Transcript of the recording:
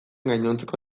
gainontzeko